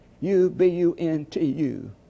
U-B-U-N-T-U